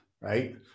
right